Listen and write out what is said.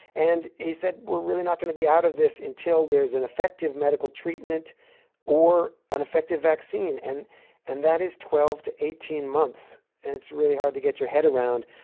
and he said we're really not going to be out of this until there is an effective medical treatment or an effective vaccine, and and that is twelve to eighteen months. and it's really hard to get your head around.